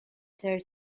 third